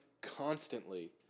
constantly